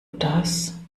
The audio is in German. das